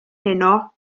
heno